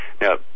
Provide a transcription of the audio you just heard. Now